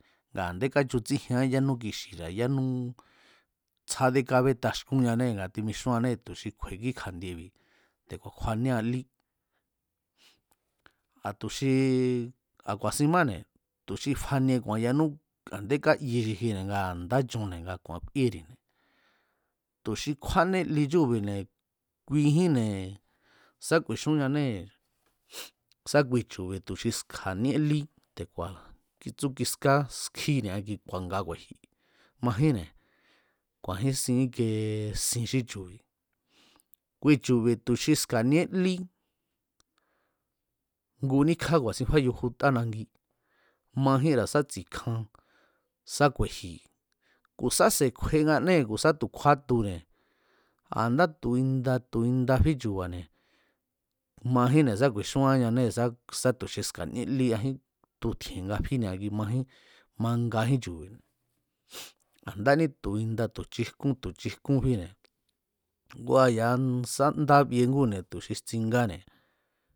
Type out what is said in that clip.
Nga a̱ndé káchutsíjiean yánú kixi̱ra̱ yánú tsjádé kábétaxkúnñanee̱ ngaa̱ timixúanéee̱ tu̱ xi kju̱e̱ kí kja̱ndiebi̱ te̱ku̱a̱ kjuaníea lí, a̱ tu̱ xi a̱ ku̱a̱sin máne̱ tu̱ xi fanie ku̱a̱n yanú a̱nde káyi xiji ngaa̱ ndá chunne̱ nga ku̱a̱n kúíéri̱ne̱ tu̱ xi kjúáné li chúu̱bi̱ne̱ kuijínne̱ sá ku̱i̱xunñanée̱ sá kui chu̱bi̱ tu̱ xi ska̱níé lí te̱ku̱a̱ kitsú kiská skjín ni̱a̱ kui ku̱a̱nga ku̱e̱ji̱ majínne̱ ku̱a̱jínsin íke sin xí chu̱bi̱ kui chu̱bi̱ xu xi ska̱níé lí nguníkjá ku̱a̱sin fáyujuta nagi majínra̱ sá tsi̱kja̱n sá ku̱e̱ji̱ ku̱ sá se̱ kjuenganee̱ ku̱ sa tu̱ kjúátune̱ a̱nda tu̱ inda tu̱ inda fí chu̱ba̱ne̱ majínne̱ sá ku̱i̱xúanñanée̱ sá sá tu̱ xi ska̱níe lí ajín tutji̱e̱n nga fíne̱ majín mangajín chu̱bi̱ne̱, a̱ndání tu̱ inda tu̱ chijkún tu̱ chijkún fíne̱ ngu ya̱a sá ndá bie ngúne̱ tu̱ xi jtsingáne̱.